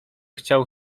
chciał